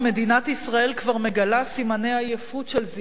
כבר מגלה סימני עייפות של זיקנה ותשישות,